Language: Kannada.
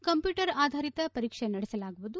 ಕಂಪ್ಟೂಟರ್ ಆಧಾರಿತ ಪರೀಕ್ಷೆ ನಡೆಸಲಾಗುವುದು